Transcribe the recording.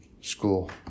school